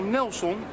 Nelson